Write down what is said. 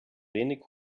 wenig